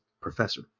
professor